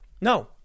No